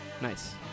Nice